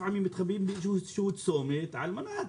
לפעמים הם מתחבאים באיזה שהוא צומת על מנת